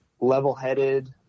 level-headed